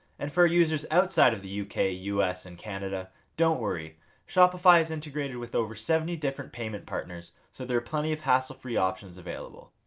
and for our users outside of the yeah uk, us, and canada, don't worry shopify has integrated with over seventy different payment partners so there are plenty of hassle free options available.